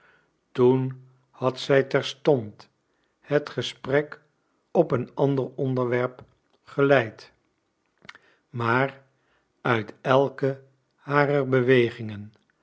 toen had zij terstond het gesprek op een ander onderwerp geleid maar uit elke harer bewegingen